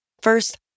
First